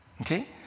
okay